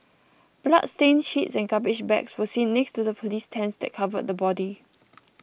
bloodstained sheets and garbage bags were seen next to the police tents that covered the body